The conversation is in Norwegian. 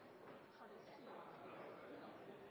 har vi et